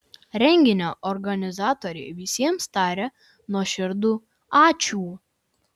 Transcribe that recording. renginio organizatoriai visiems taria nuoširdų ačiū